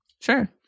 Sure